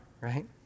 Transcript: right